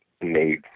made